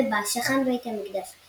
ובה שכן בית המקדש,